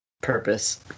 purpose